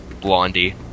Blondie